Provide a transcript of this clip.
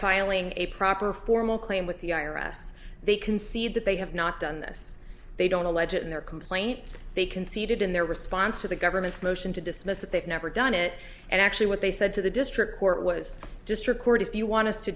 filing a proper formal claim with the i r s they can see that they have not done this they don't allege in their complaint they conceded in their response to the government's motion to dismiss that they've never done it and actually what they said to the district court was just record if you want us to